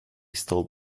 stole